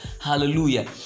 Hallelujah